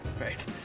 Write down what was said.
Right